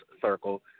circle